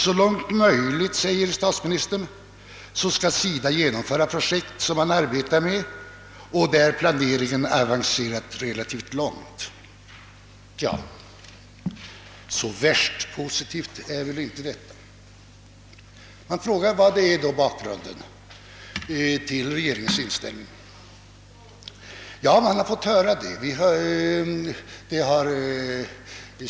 »Så långt möjligt», säger statsministern, »skall SIDA genomföra projekt, som man arbetar med och där planeringen avancerat relativt långt.» Så värst positivt är väl inte detta. Vilken är då bakgrunden till regeringens inställning?